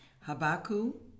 Habakkuk